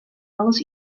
alles